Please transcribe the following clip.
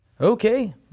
Okay